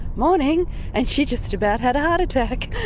morning and she just about had a heart attack.